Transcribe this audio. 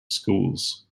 schools